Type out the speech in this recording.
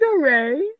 Ray